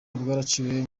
bwaraciwe